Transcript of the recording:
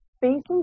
facing